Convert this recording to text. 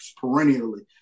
perennially